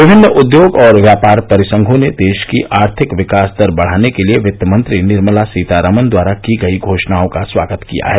विभिन्न उद्योग और व्यापार परिसंघों ने देश की आर्थिक विकास दर बढ़ाने के लिए वित्तमंत्री निर्मला सीतारामन द्वारा की गई घोषणाओं का स्वागत किया है